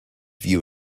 view